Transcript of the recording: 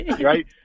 right